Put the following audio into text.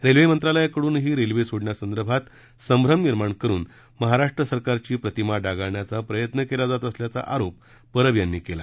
रेल्वेमंत्रालयाकडूनही railway सोडण्यासंदर्भात संभ्रम निर्माण करून महाराष्ट्र सरकारची प्रतिमा डागाळण्याचा प्रयत्न केला जात असल्याचा आरोप परब यांनी केला